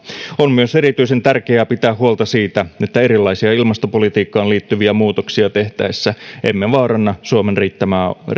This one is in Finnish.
on myös erityisen tärkeää pitää huolta siitä että erilaisia ilmastopolitiikkaan liittyviä muutoksia tehtäessä emme vaaranna suomen riittävää